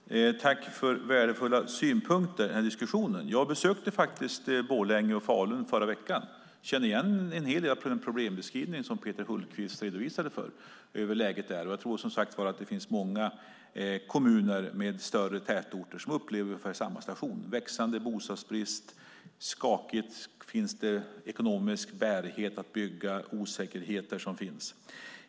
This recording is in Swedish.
Fru talman! Jag tackar för värdefulla synpunkter i diskussionen. Jag besökte faktiskt Borlänge och Falun i förra veckan och känner igen en hel del av den problemskrivning som Peter Hultqvist redovisade när det gäller läget där. Jag tror som sagt att det finns många kommuner med större tätorter som upplever ungefär samma situation där växande bostadsbrist, skakighet och frågan om det finns ekonomisk bärighet att bygga är osäkerheter som finns.